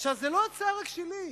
זו לא הצעה רק שלי.